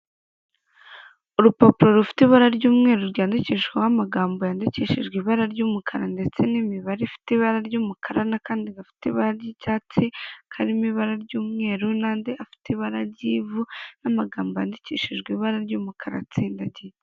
Urupapuro rufite ibara ry'umweru ryandikishwaho amagambo yandikishijwe ibara ry'umukara ndetse n'imibare ifite ibara ry'umukara n'akandi gafite ibara ry'icyatsi karimo ibara ry'umweru n'andi afite ibara ry'ivu n'amagambo yandikishijwe ibara ry'umukara atsindagiye.